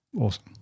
Awesome